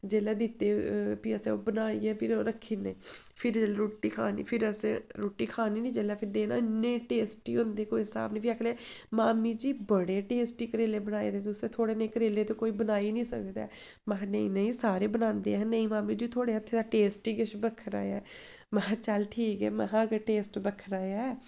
जेल्लै दित्ते भी असें ओह् बनाइयै फिरी ओह् रक्खी'ड़ने फिर रुट्टी खानी फिर असें रुट्टी खानी नी जेल्लै फिर देना इन्ने टेस्टी होंदे कोई स्हाब निं फिर आखना मामी जी बड़े टेस्टी करेले बनाए दे तुसें थुआढ़े नेह् करेले ते कोई बनाई निं सकदा ऐ महां नेईं नेईं सारे बनांदे अहें नेईं मामी जी थुआढ़े हत्थै दा टेस्ट गै किश बक्खरा ऐ महां चल ठीक ऐ महां अगर टेस्ट बक्खरा ऐ नेह् कोई बनाई गै निं सकदा महां चल ठीक ऐ